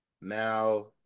Now